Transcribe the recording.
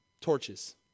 torches